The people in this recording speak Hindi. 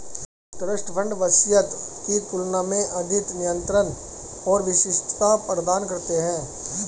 ट्रस्ट फंड वसीयत की तुलना में अधिक नियंत्रण और विशिष्टता प्रदान करते हैं